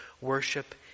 worship